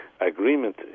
agreement